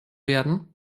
werden